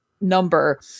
number